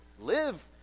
live